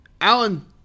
Alan